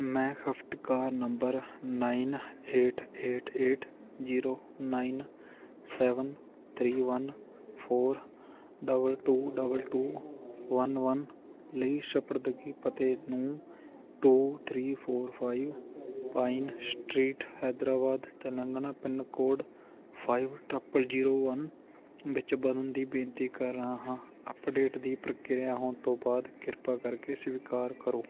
ਮੈਂ ਖਪਤਕਾਰ number nine eight eight eight zero nine seven three one four double two double two one one ਲਈ ਸਪੁਰਦਗੀ ਪਤੇ ਨੂੰ two three four five pine street Hyderabad Telangana pin code five triple zero one ਵਿੱਚ ਬਦਲਣ ਦੀ ਬੇਨਤੀ ਕਰ ਰਿਹਾ ਹਾਂ ਅੱਪਡੇਟ ਦੀ ਪ੍ਰਕਿਰਿਆ ਹੋਣ ਤੋਂ ਬਾਅਦ ਕਿਰਪਾ ਕਰਕੇ ਸਵੀਕਾਰ ਕਰੋ